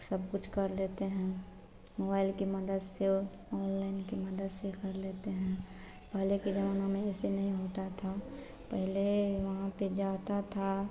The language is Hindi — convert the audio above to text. सब कुछ कर लेते हैं मोबाइल की मदद से ओ ओनलाइन की मदद से कर लेते हैं पहले के ज़माने में यह सब नहीं होता था पहले वहाँ पर जाता था